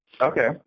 okay